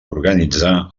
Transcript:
organitzar